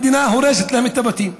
המדינה הורסת להם את הבתים.